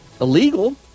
illegal